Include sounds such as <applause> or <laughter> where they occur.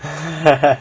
<laughs>